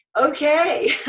Okay